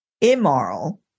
immoral